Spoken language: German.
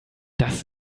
das